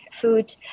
food